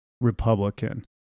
Republican